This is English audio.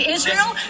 Israel